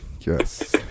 Yes